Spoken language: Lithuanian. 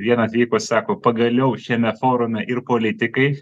vien atvykus sako pagaliau šiame forume ir politikai